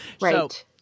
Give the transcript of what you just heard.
Right